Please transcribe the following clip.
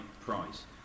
Price